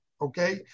Okay